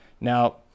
Now